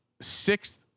sixth